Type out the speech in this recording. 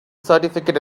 certificate